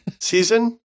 season